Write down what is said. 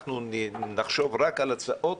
אנחנו נחשוב רק על הצעות